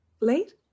Late